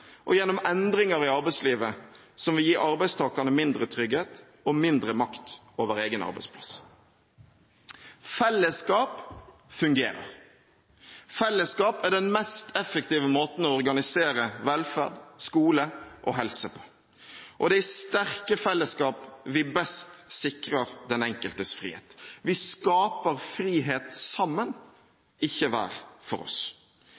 og gjennom endringer i arbeidslivet som vil gi arbeidstakerne mindre trygghet og mindre makt over egen arbeidsplass. Fellesskap fungerer. Fellesskap er den mest effektive måten å organisere velferd, skole og helse på, og det er i sterke fellesskap vi best sikrer den enkeltes frihet. Vi skaper frihet sammen, ikke hver for oss.